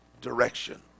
direction